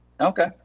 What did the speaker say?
Okay